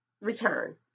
return